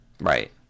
right